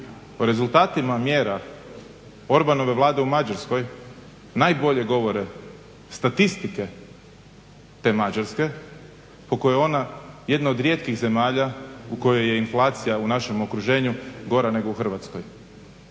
o rezultatima mjera Orbanove vlade u Mađarskoj najbolje govore statistike te Mađarske po kojoj je ona jedna od rijetkih zemalja u kojoj je inflacija u našem okruženju gora nego u Hrvatskoj.